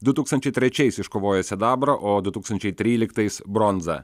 du tūkstančiai trečiais iškovojo sidabrą o du tūkstančiai tryliktais bronzą